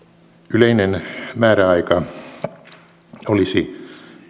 yleinen määräaika olisi